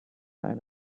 sign